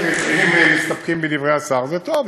אם מסתפקים בדברי השר זה טוב.